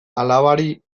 alabari